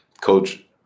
coach